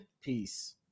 peace